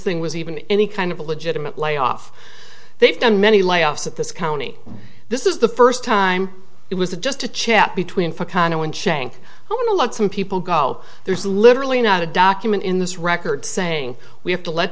thing was even any kind of a legitimate layoff they've done many layoffs at this county this is the first time it was a just a chat between for cano and shank who want to let some people go there's literally not a document in this record saying we have to let